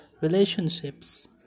relationships